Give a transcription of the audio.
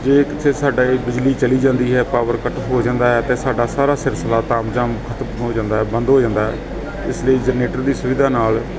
ਜੇ ਕਿੱਥੇ ਸਾਡੇ ਬਿਜਲੀ ਚਲੀ ਜਾਂਦੀ ਹੈ ਪਾਵਰ ਕੱਟ ਹੋ ਜਾਂਦਾ ਹੈ ਅਤੇ ਸਾਡਾ ਸਾਰਾ ਸਿਲਸਿਲਾ ਤਾਮਜਾਮ ਖਤਮ ਹੋ ਜਾਂਦਾ ਹੈ ਬੰਦ ਹੋ ਜਾਂਦਾ ਇਸ ਲਈ ਜਨਰੇਟਰ ਦੀ ਸੁਵਿਧਾ ਨਾਲ